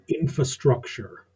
infrastructure